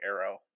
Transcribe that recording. Arrow